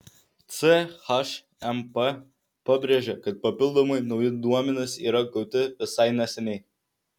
chmp pabrėžė kad papildomai nauji duomenys yra gauti visai neseniai